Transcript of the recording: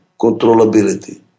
controllability